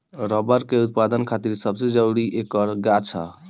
rubber के उत्पदान खातिर सबसे जरूरी ऐकर गाछ ह